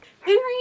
Henry